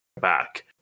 back